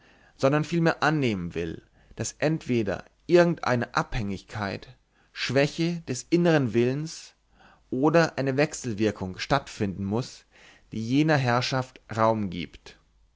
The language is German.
sondern vielmehr annehmen will daß entweder irgend eine abhängigkeit schwäche des innern willens oder eine wechselwirkung stattfinden muß die jener herrschaft raum gibt